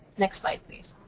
next slide, please.